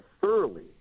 thoroughly